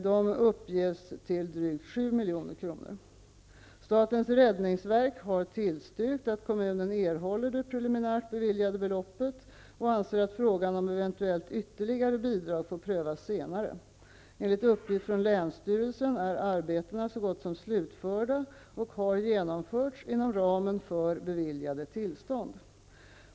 Dessa uppges till drygt 7 milj.kr. Statens räddningsverk har tillstyrkt att kommunen erhåller det preliminärt beviljade beloppet och anser att frågan om eventuellt ytterligare bidrag får prövas senare. Enligt uppgift från länsstyrelsen är arbetena så gott som slutförda och har genomförts inom ramen för beviljade tillstånd.